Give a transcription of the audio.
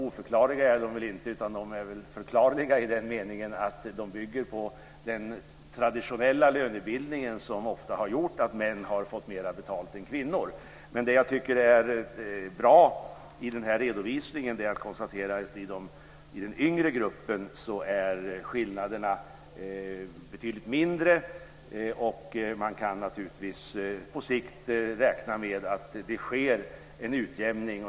Oförklarliga är de väl inte, utan de är väl förklarliga i den meningen att de bygger på den traditionella lönebildningen som ofta har gjort att män har fått mera betalt än kvinnor. Men det som jag tycker är bra i denna redovisning är att skillnaderna i den yngre gruppen är betydligt mindre. Och man kan naturligtvis på sikt räkna med att det sker en utjämning.